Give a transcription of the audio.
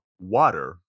water